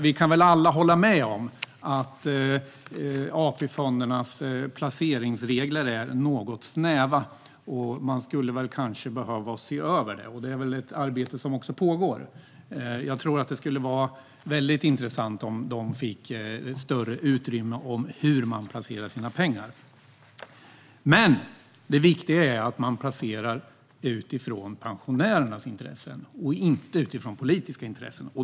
Vi kan väl alla hålla med om att AP-fondernas placeringsregler är något snäva. Man skulle kanske behöva se över det, och det är också ett arbete som pågår. Jag tror att det skulle vara intressant om de fick större utrymme i fråga om hur de placerar pengarna. Men det viktiga är att de placerar utifrån pensionärernas intressen och inte utifrån politiska intressen.